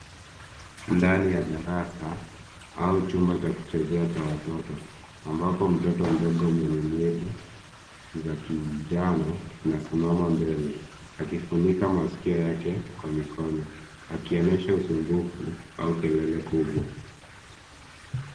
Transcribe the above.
Ndani ya darasa au chumba cha kuchezea cha watoto ambapo mtoto mdogo mwenye nywele za kijana anasimama mbele akifunika masikio yake kwa mikono. Akionyesha usumbufu au kelele kubwa.